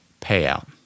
payout